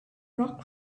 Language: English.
rock